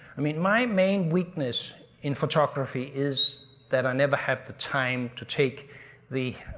i mean, my main weakness in photography is that i never have the time to take the.